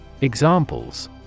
Examples